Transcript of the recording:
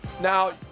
Now